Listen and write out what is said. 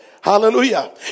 Hallelujah